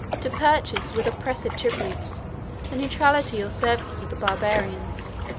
to purchase with oppressive tributes the neutrality or services of the barbarians,